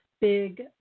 big